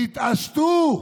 תתעשתו.